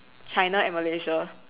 China and Malaysia